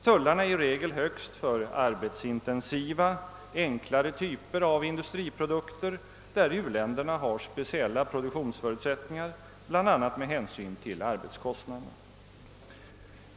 Tullarna är i regel högst för arbetsintensiva, enklare typer av industriprodukter, där u-länderna har speciella produktionsförutsättningar, bl.a. med hänsyn till arbetskostnaderna.